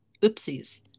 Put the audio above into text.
oopsies